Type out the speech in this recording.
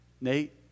Nate